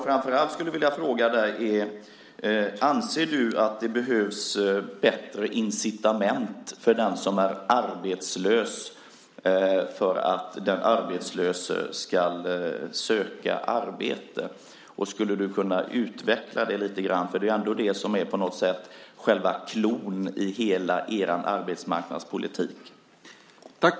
Framför allt skulle jag vilja fråga dig: Anser du att det behövs bättre incitament för den som är arbetslös för att den arbetslöse ska söka arbete? Skulle du kunna utveckla det lite grann? Det är ändå det som på något sätt är själva cloun i hela er arbetsmarknadspolitik.